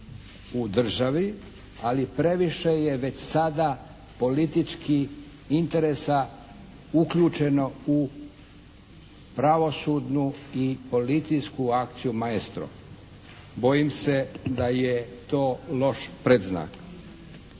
u državi, ali previše je već sada politički interesa uključeno u pravosudnu i policijsku akciju "Maestro". Bojim se da je to loš predznak.